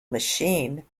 machine